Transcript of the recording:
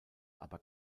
aber